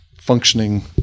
functioning